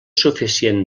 suficient